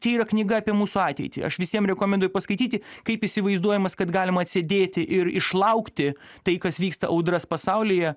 čia yra knyga apie mūsų ateitį aš visiem rekomenduoju paskaityti kaip įsivaizduojamas kad galima atsėdėti ir išlaukti tai kas vyksta audras pasaulyje